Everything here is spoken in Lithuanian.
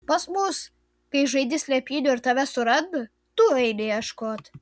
pas mus kai žaidi slėpynių ir tave suranda tu eini ieškoti